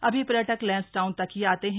अभी पर्यटक लैंसडाउन तक ही आते है